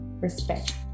respect